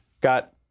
got